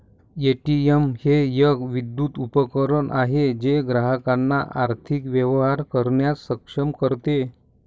ATM हे एक विद्युत उपकरण आहे जे ग्राहकांना आर्थिक व्यवहार करण्यास सक्षम करते